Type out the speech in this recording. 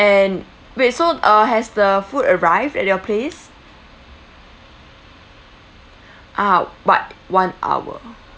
and wait so uh has the food arrived at your place ah but one hour